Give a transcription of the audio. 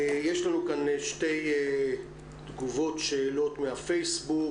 יש לנו כאן שתי תגובות, שאלות מהפייסבוק.